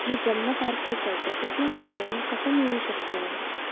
हे जन्मतारखेचं प्रतिज्ञापत्र मी कसं मिळवू शकतो